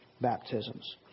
baptisms